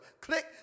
Click